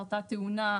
קרתה תאונה,